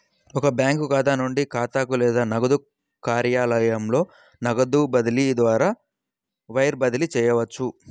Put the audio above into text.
ఒక బ్యాంకు ఖాతా నుండి ఖాతాకు లేదా నగదు కార్యాలయంలో నగదు బదిలీ ద్వారా వైర్ బదిలీ చేయవచ్చు